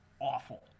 awful